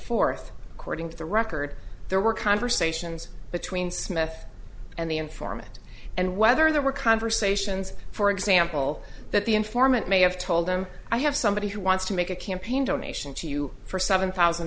fourth cording to the record there were conversations between smith and the informant and whether there were conversations for example that the informant may have told him i have somebody who wants to make a campaign donation to you for seven thousand